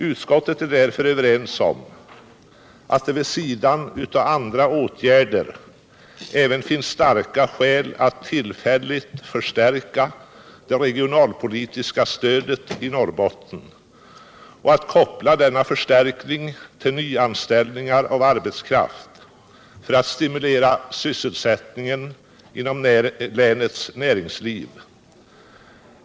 Man är därför i utskottet överens om att det vid sidan av andra åtgärder även finns starka skäl att tillfälligt förstärka det regionalpolitiska stödet i Norrbotten och att koppla denna förstärkning till nyanställningar av arbetskraft, för att stimulera sysselsättningen inom länets näringsliv.